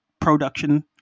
production